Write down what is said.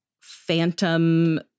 phantom